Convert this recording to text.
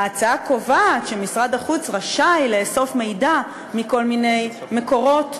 ההצעה קובעת שמשרד החוץ רשאי לאסוף מידע מכל מיני מקורות,